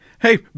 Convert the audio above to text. Hey